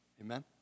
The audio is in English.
Amen